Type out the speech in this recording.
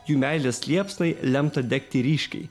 jų meilės liepsnai lemta degti ryškiai